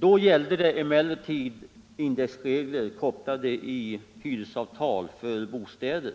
Då gällde det emellertid indexregler i hyresavtal för bostäder.